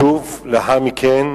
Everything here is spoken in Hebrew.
שוב, לאחר מכן,